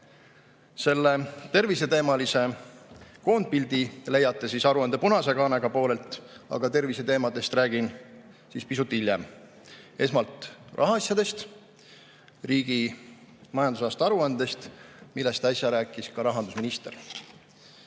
Selle terviseteemalise koondpildi leiate aruande punase kaanega poolelt. Aga terviseteemadest räägin pisut hiljem. Esmalt rahaasjadest – riigi majandusaasta aruandest –, millest äsja rääkis ka rahandusminister.